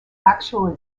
actual